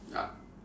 ya